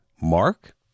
Mark